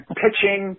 pitching